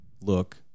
look